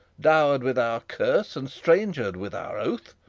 dower'd with our curse, and stranger'd with our oath,